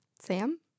Sam